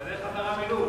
בדרך חזרה מלוב.